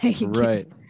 right